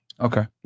Okay